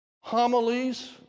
homilies